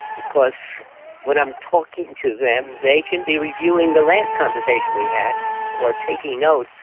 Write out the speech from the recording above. because when i'm talking to them they can be reviewing the last conversation we had or taking notes,